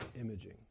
imaging